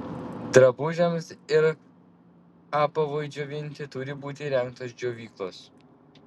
drabužiams ir apavui džiovinti turi būti įrengtos džiovyklos